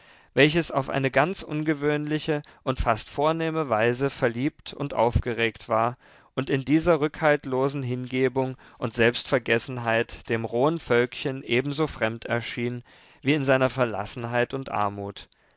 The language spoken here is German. welches auf eine ganz ungewöhnliche und fast vornehme weise verliebt und aufgeregt war und in dieser rückhaltlosen hingebung und selbstvergessenheit dem rohen völkchen ebenso fremd erschien wie in seiner verlassenheit und armut